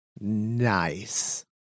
nice